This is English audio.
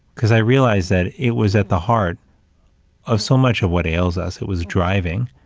because i realized that it was at the heart of so much of what ails us. it was driving,